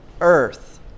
earth